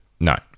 no